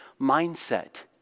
mindset